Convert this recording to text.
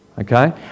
okay